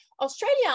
Australia